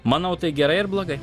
manau tai gerai ar blogai